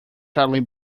tightly